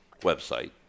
website